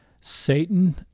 Satan